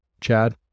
Chad